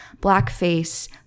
blackface